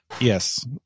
Yes